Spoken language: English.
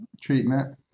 treatment